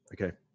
Okay